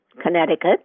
Connecticut